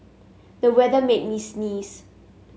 the weather made me sneeze